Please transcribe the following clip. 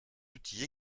outils